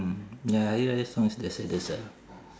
ya hari-raya song is